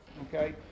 okay